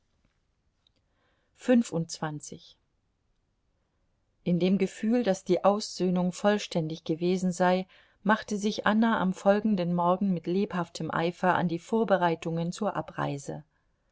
in dem gefühl daß die aussöhnung vollständig gewesen sei machte sich anna am folgenden morgen mit lebhaftem eifer an die vorbereitungen zur abreise